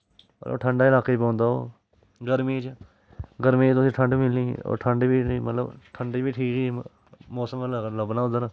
ठंडे लाके च पौंदा ओह् गर्मी च गर्मी च तुसें ठंड मिलनी होर ठंड बी ठीक ही मौसम लबना उद्धर